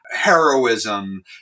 heroism